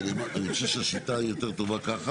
כי זה פשיטה שעבודות שלא ליפן טיבן,